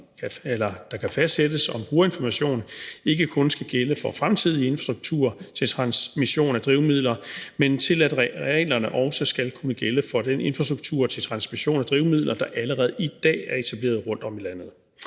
der kan fastsættes om brugerinformation, ikke kun skal gælde for fremtidig infrastruktur til transmission af drivmidler, men til at reglerne også skal kunne gælde for den infrastruktur til transmission af drivmidler, der allerede i dag er etableret rundtom i landet.